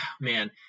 Man